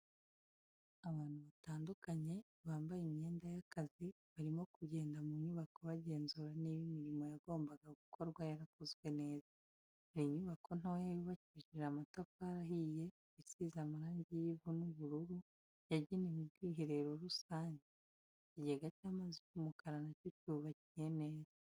Abantu batandukanye bambaye imyenda y'akazi, barimo kugenda mu nyubako bagenzura niba imirimo yagombaga gukorwa yarakozwe neza. Hari inyubako ntoya yubakishije amatafari ahiye isize amarangi y'ivu n'ubururu, yagenewe ubwiherero rusange, ikigega cy'amazi cy'umukara na cyo cyubakiye neza.